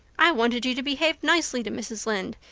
i wanted you to behave nicely to mrs. lynde,